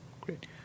Great